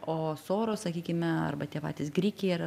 o soros sakykime arba tie patys grikiai yra